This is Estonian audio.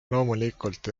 loomulikult